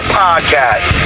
podcast